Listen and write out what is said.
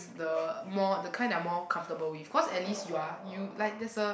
the more the kind that I'm more comfortable with cause at least you're you like there's a